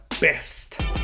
best